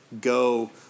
go